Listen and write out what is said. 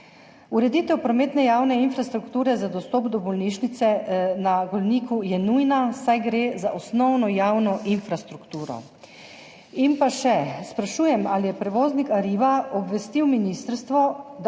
Ureditev prometne javne infrastrukture za dostop do bolnišnice na Golniku je nujna, saj gre za osnovno javno infrastrukturo. Sprašujem tudi: Ali je prevoznik Arriva obvestil ministrstvo, da